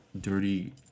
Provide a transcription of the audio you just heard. Dirty